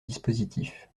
dispositif